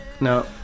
No